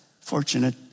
fortunate